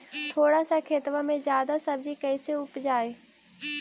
थोड़ा सा खेतबा में जादा सब्ज़ी कैसे उपजाई?